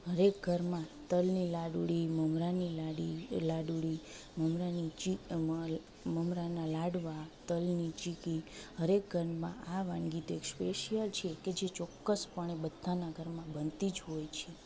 હરએક ઘરમાં તલની લાડુળી મમરાની લાડી એ લાડુળી મમરાની મમરાના લાડવા તલની ચીકી હરએક ઘરમાં આ વાનગી તો એક સ્પેશિયલ છે કે જે ચોક્કસ પણે બધાના ઘરમાં બનતી જ હોય છે